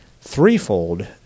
threefold